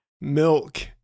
Milk